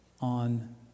on